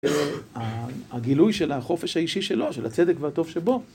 הגילוי של החופש האישי שלו, של הצדק והטוב שבו...